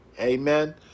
amen